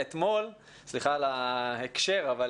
אני מאוד מאוד גאה על הבחירה המשותפת